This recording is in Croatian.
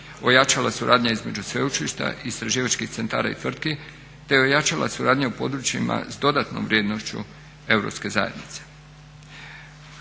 ojačala suradnja između sveučilišta, istraživačkih centara i tvrtki te ojačala suradnja u područjima s dodatnom vrijednošću europske zajednice.